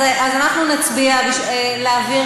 אז אנחנו נצביע על,